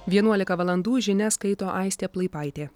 vienuolika valandų žinias skaito aistė plaipaitė